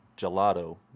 Gelato